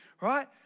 right